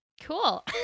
Cool